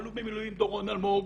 האלוף במילואים דורון אלמוג